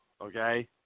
okay